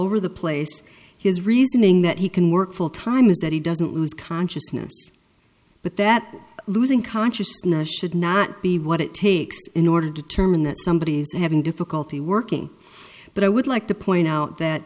the place his reasoning that he can work full time is that he doesn't lose consciousness but that losing consciousness should not be what it takes in order to determine that somebody is having difficulty working but i would like to point out that